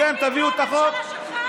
אתם תביאו את החוק.